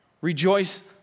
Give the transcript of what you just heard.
Rejoice